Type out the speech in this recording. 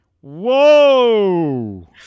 Whoa